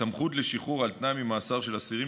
יש סמכות לשחרור על תנאי ממאסר של אסירים